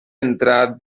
entrar